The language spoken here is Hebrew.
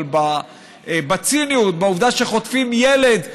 אבל בציניות ובעובדה שחוטפים ילד,